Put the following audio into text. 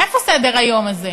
איפה סדר-היום הזה?